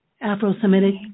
Afro-Semitic